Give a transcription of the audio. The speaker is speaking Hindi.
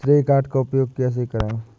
श्रेय कार्ड का उपयोग कैसे करें?